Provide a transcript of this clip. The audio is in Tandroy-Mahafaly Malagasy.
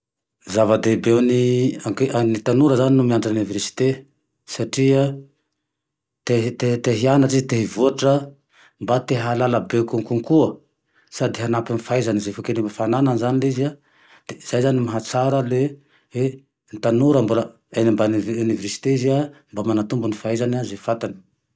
Zava-dehibe eo ny anki- ny tanora zane no mianatra amy oniversite satria tehi-tehianatsy i, te hivoatra mba te halala bekonkokoa, sady hanampy ny fahaizany izay mba fa kely izay fananany zane le izy a, de zay zane mahatsara le e ny tanora mbola eny ambany oniversite izy a, mba manatombo izay fahaizany mba fantany.